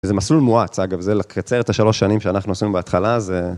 זה מסלול מואץ, אגב, זה לקצר את השלוש שנים שאנחנו עשינו בהתחלה, זה...